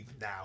now